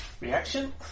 Reaction